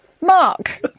Mark